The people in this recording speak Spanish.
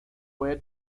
puede